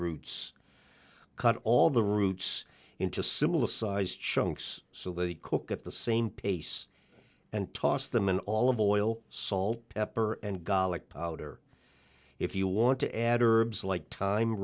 roots cut all the roots into similar sized chunks so they cook at the same pace and toss them in all of oil salt pepper and garlic powder if you want to add herbs like time